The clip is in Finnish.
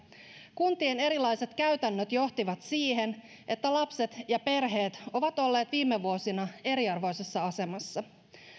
kuntien erilaiset käytännöt johtivat siihen että lapset ja perheet ovat olleet viime vuosina eriarvoisessa asemassa